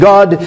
God